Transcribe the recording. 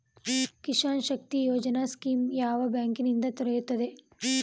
Kisan Shakti Yojana scheme ಯಾವ bank ನಿಂದ ದೊರೆಯುತ್ತದೆ?